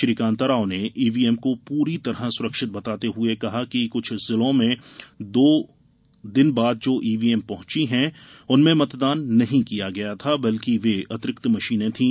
श्री कांताराव ने ईवीएम को पूरी तरह सुरक्षित बताते हुए कहा कि कुछ जिलों में दो दिन बाद जो ईवीएम पहुंची हैं उनमें मतदान नहीं किया गया था बल्कि वे अतिरिक्त मशीनें थी